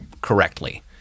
correctly